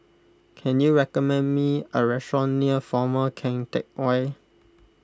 can you recommend me a restaurant near former Keng Teck Whay